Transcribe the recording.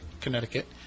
Connecticut